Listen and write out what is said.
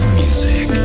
music